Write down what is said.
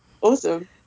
Awesome